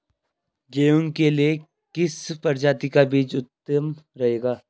गेहूँ के लिए किस प्रजाति का बीज उत्तम रहेगा?